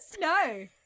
No